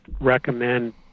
recommend